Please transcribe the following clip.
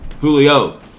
Julio